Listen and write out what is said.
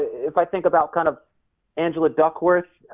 if i think about kind of angela duckworth,